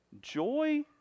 Joy